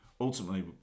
Ultimately